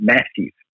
Massive